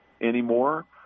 anymore